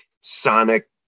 sonic